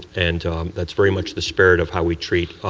and that's very much the spirit of how we treat